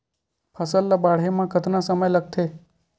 फसल ला बाढ़े मा कतना समय लगथे?